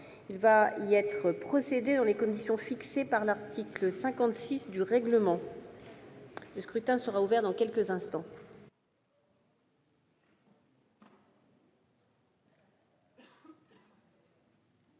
Il va y être procédé dans les conditions fixées par l'article 56 du règlement. Le scrutin est ouvert. Personne ne demande